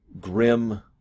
grim